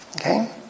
Okay